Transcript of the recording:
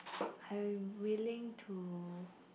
I'm willing to